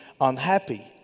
unhappy